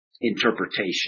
interpretation